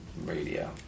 radio